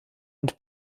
und